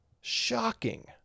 Shocking